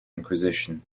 inquisition